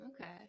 okay